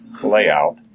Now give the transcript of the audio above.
layout